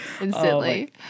instantly